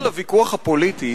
מעבר לוויכוח הפוליטי,